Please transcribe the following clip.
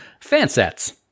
Fansets